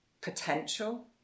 potential